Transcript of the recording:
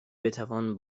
بتوان